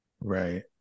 Right